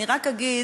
אני רק אגיד